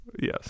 Yes